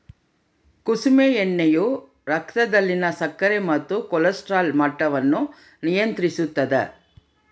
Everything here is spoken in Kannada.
ಕುಸುಮೆ ಎಣ್ಣೆಯು ರಕ್ತದಲ್ಲಿನ ಸಕ್ಕರೆ ಮತ್ತು ಕೊಲೆಸ್ಟ್ರಾಲ್ ಮಟ್ಟವನ್ನು ನಿಯಂತ್ರಿಸುತ್ತದ